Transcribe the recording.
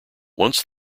once